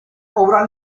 obras